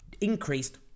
Increased